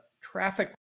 traffic